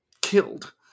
killed